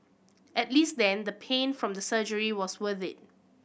at least then the pain from the surgery was worth it